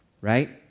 right